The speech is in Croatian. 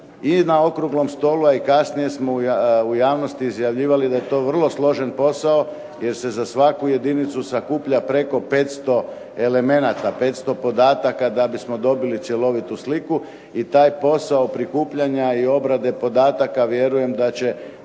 I na okruglom stolu je, kasnije smo u javnosti izjavljivali da je to vrlo složen posao jer se za svaku jedinicu sakuplja preko 500 elemenata, 500 podataka da bismo dobili cjelovitu sliku i taj posao prikupljanja i obrade podataka vjerujem da će